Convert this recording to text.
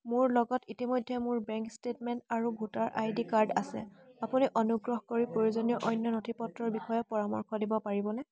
মোৰ লগত ইতিমধ্যে মোৰ বেংক ষ্টেটমেণ্ট আৰু ভোটাৰ আই ডি কাৰ্ড আছে আপুনি অনুগ্ৰহ কৰি প্ৰয়োজনীয় অন্য নথিপত্ৰৰ বিষয়ে পৰামৰ্শ দিব পাৰিবনে